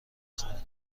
خورم